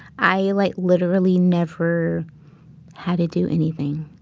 i like literally never had to do anything.